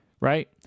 right